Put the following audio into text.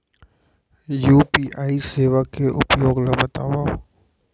UPI सेवा के उपयोग ल बतावव?